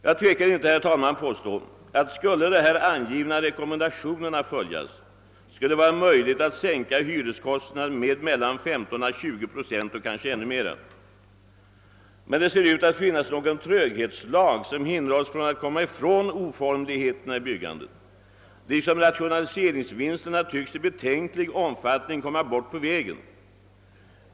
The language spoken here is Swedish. Jag tvekar inte, herr talman, att påstå att det, om de här angivna rekommendationerna skulle följas, skulle vara möjligt att sänka hyreskostnaderna med 15—20 procent och kanske ännu mer. Men det ser ut att finnas någon tröghetslag som hindrar oss från att komma åt oformligheterna i byggandet, liksom rationaliseringsvinsterna i betänklig omfattning tycks komma bort på vägen.